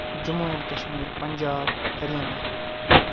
Jammu and Kashmir Punjab Haryana